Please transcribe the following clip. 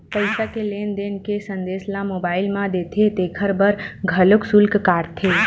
पईसा के लेन देन के संदेस ल मोबईल म देथे तेखर बर घलोक सुल्क काटथे